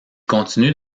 continue